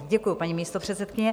Děkuji, paní místopředsedkyně.